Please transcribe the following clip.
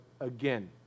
again